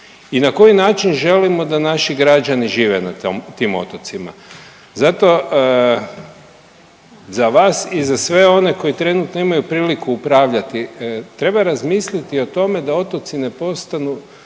i na koji način želimo da naši građani žive na tim otocima. Zato za vas i za sve one koji trenutno imaju priliku upravljati treba razmisliti o tome da otoci ne postanu